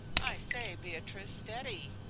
i say, beatrice, steady!